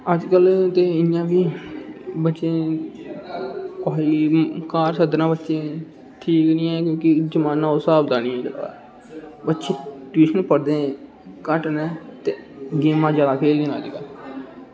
अज्जकल ते इंया बी बच्चें गी घर सद्धना होऐ बच्चें ई खेल्लनै ई जमाना उस स्हाब दा निं ऐ बच्चे ट्यूशन पढ़दे घट्ट न ते गेमां जादै खेल्लनियां अज्जकल